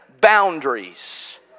boundaries